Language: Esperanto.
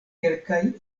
kelkaj